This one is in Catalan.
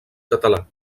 català